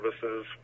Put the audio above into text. services